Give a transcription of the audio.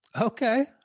Okay